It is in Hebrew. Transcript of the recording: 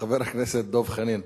חבר הכנסת דב חנין,